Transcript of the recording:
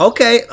Okay